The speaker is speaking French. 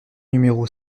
numéro